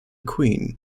queen